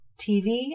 TV